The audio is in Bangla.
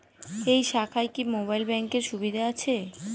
এই শাখায় কি মোবাইল ব্যাঙ্কের সুবিধা আছে?